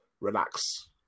relax